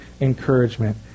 encouragement